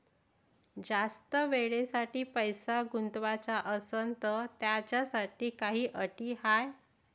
जास्त वेळेसाठी पैसा गुंतवाचा असनं त त्याच्यासाठी काही अटी हाय?